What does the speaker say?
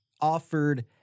Offered